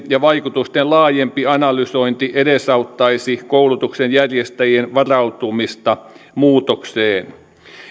ja vaikutusten laajempi analysointi edesauttaisi koulutuksen järjestäjien varautumista muutokseen